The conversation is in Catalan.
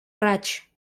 raig